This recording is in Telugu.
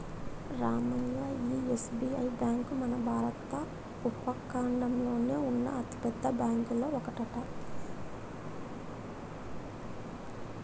రామయ్య ఈ ఎస్.బి.ఐ బ్యాంకు మన భారత ఉపఖండంలోనే ఉన్న అతిపెద్ద బ్యాంకులో ఒకటట